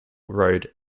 road